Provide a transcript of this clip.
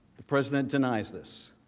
the president denies this.